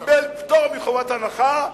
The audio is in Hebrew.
קיבל פטור מחובת הנחה.